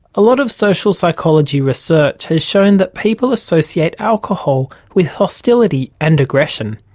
a lot of social psychology research has shown that people associate alcohol with hostility and aggression.